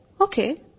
okay